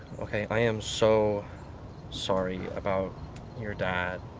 okay, i am so sorry. about your dad,